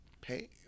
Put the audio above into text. pay